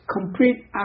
complete